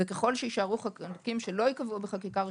וככל שיישארו חלקים שלא ייקבעו בחקיקה ראשית,